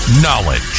Knowledge